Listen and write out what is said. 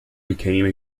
became